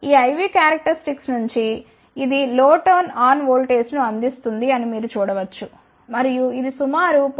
ఈ I V characteristics నుండి ఇది లో టర్న్ ఆన్ వోల్టేజ్ ను అందిస్తుంది అని మీరు చూడ వచ్చు మరియు ఇది సుమారు 0